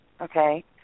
Okay